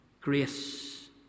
grace